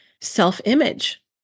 self-image